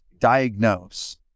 diagnose